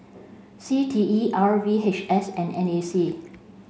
C T E R V H S and N A C